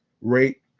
rate